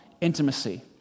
intimacy